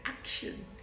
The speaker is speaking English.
action